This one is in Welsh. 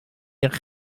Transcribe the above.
eich